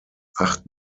acht